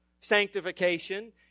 sanctification